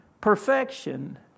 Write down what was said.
perfection